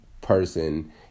person